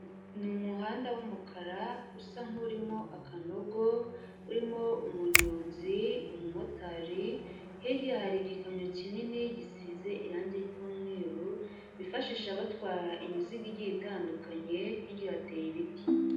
Ni umuhanda w'umukara usa nk'urimo akanogo, urimo umunyonzi, umumotari, hirya yaho hari igikamyo kinini gisize irangi ry'umweru bifashisha batwara imizigo igiye itandukanye, hirya hateye ibiti.